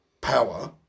power